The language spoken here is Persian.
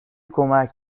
کمک